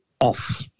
off